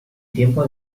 tiempos